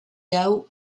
hau